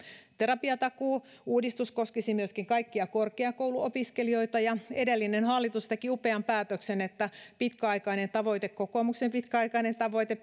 terapiatakuu uudistus koskisi myöskin kaikkia korkeakouluopiskelijoita edellinen hallitus teki upean päätöksen joka oli pitkäaikainen tavoite kokoomuksen pitkäaikainen tavoite